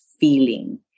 feeling